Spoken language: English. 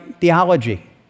theology